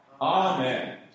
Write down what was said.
Amen